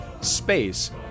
space